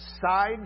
side